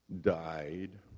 died